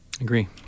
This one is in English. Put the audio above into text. Agree